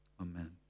Amen